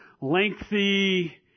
lengthy